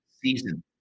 season